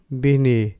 bini